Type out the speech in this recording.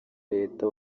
leta